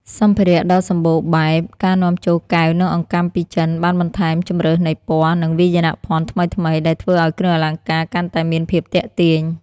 សម្ភារៈដ៏សម្បូរបែប: ការនាំចូលកែវ និងអង្កាំពីចិន បានបន្ថែមជម្រើសនៃពណ៌ និងវាយនភាពថ្មីៗ ដែលធ្វើឱ្យគ្រឿងអលង្ការកាន់តែមានភាពទាក់ទាញ។